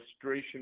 frustration